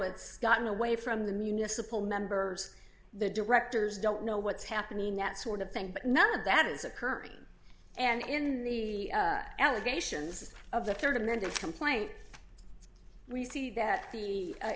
it's gotten away from the municipal member the directors don't know what's happening that sort of thing but none of that is occurring and in the allegations of the rd amended complaint we see that the